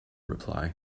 reply